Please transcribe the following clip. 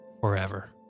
Forever